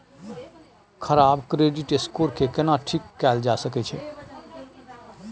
खराब credit score के केना ठीक कैल जा सकै ये?